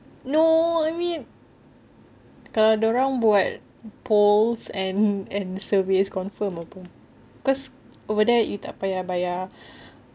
no I mean kalau dia orang buat polls and and surveys confirm will boom cause over there you tak payah bayar